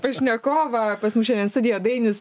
pašnekovą pas mus šiandien studijoje dainius